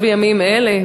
מתקיים ממש בימים אלה,